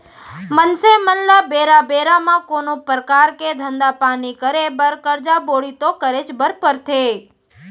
मनसे मन ल बेरा बेरा म कोनो परकार के धंधा पानी करे बर करजा बोड़ी तो करेच बर परथे